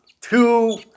two